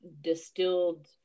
distilled